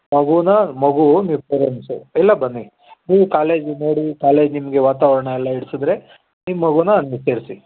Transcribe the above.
ಮಗೂನ ಮಗು ನೀವು ಪೇರೆಂಡ್ಸು ಎಲ್ಲ ಬನ್ನಿ ನೀವು ಕಾಲೇಜ್ ನೋಡಿ ಕಾಲೇಜ್ ನಿಮಗೆ ವಾತಾವರಣ ಎಲ್ಲ ಹಿಡಿಸಿದ್ರೆ ನಿಮ್ಮ ಮಗುನ ಅಲ್ಲಿ ಸೇರಿಸಿ